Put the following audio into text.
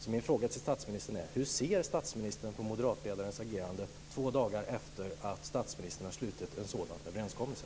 Min fråga till statsministern är: Hur ser statsministern på moderatledarens agerande två dagar efter att statsministern och de borgerliga partiledarna har slutit en sådan överenskommelse?